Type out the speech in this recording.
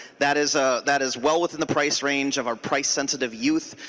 that is ah that is well within the price range of a price-sensitive youth.